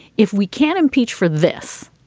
if we can't impeach for this,